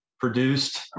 produced